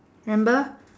remember